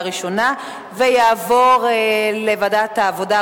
לוועדת העבודה,